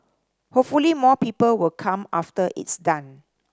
hopefully more people will come after it's done